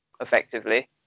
effectively